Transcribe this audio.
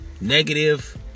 negative